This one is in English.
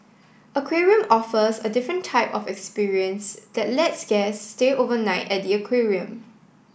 aquarium offers a different type of experience that lets guests stay overnight at the aquarium